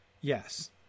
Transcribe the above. Yes